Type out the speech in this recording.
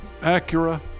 Acura